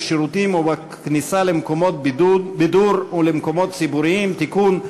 בשירותים ובכניסה למקומות בידור ולמקומות ציבוריים (תיקון,